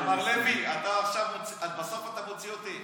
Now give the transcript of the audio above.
מר לוי, בסוף אתה מוציא אותי.